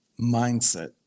mindset